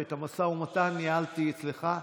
ואת המשא ומתן ניהלתי אצלך.